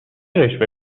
رشوه